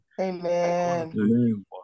Amen